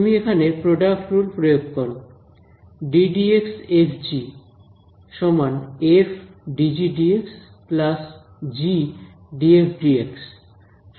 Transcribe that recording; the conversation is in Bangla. তুমি এখানে প্রডাক্ট রুল প্রয়োগ করো সুতরাং দুটি রাশি পাওয়া যাচ্ছে